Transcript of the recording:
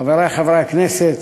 חברי חברי הכנסת,